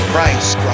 Price